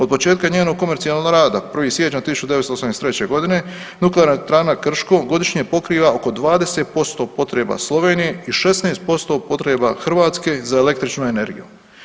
Od početka njenog komercijalnog rada 1. siječnja 1983. godine nuklearna elektrana Krško godišnje pokriva oko 20% potreba Slovenije i 16% potreba Hrvatske za električnom energijom.